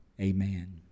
Amen